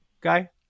guy